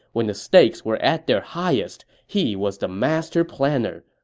when the stakes were at their highest, he was the master planner,